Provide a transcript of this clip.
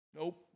Nope